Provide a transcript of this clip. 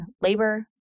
labor